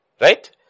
Right